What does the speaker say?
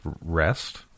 rest